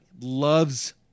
Loves